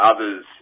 Others